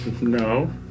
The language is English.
No